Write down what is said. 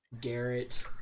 Garrett